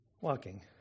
walking